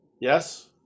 yes